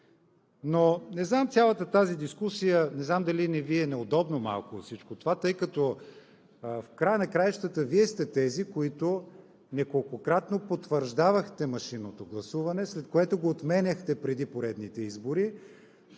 изключение. Цялата тази дискусия – не знам дали не Ви е малко неудобно от всичко това, тъй като в края на краищата Вие сте тези, които неколкократно потвърждавахте машинното гласуване, след което го отменяхте преди поредните избори,